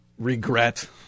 Regret